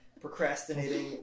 procrastinating